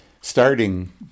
Starting